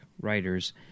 writers